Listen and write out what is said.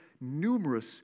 numerous